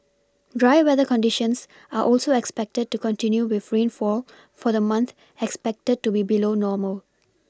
dry weather conditions are also expected to continue with rainfall for the month expected to be below normal